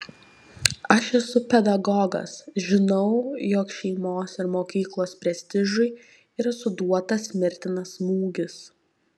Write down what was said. aš esu pedagogas žinau jog šeimos ir mokyklos prestižui yra suduotas mirtinas smūgis